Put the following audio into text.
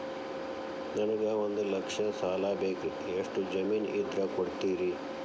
ನನಗೆ ಒಂದು ಲಕ್ಷ ಸಾಲ ಬೇಕ್ರಿ ಎಷ್ಟು ಜಮೇನ್ ಇದ್ರ ಕೊಡ್ತೇರಿ?